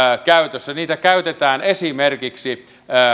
käytössä niitä käytetään esimerkiksi